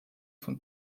von